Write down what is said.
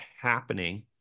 happening